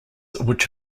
which